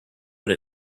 what